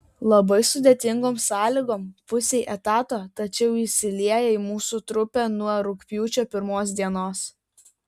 labai sudėtingom sąlygom pusei etato tačiau įsilieja į mūsų trupę nuo rugpjūčio pirmos dienos